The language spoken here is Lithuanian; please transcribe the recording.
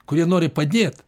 kurie nori padėt